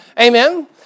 Amen